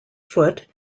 foot